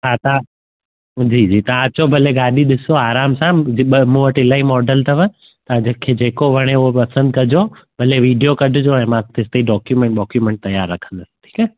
हा तव्हां जी जी तव्हां अचो भले गाॾी ॾिसो आराम सां ॿ मूं वटि इलाही मॉडल अथव त जंहिंखे जेको वणे उहो पसंदि कजो भले वीडियो कढिजो ऐं मां तेसि ताईं ड्रॉक्यूमेंट वॉक्यूमेंट तयार रखंदुसि ठीकु आहे